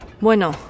Bueno